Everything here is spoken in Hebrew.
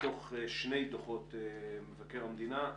מתוך שני דוחות של מבקר המדינה,